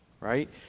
right